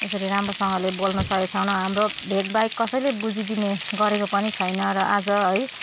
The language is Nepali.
यसरी राम्रोसँगले बोल्नु सकेको छैन हाम्रो भेगबाहेक कसैले बुझिदिने गरेको पनि छैन र आज है